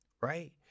Right